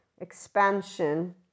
expansion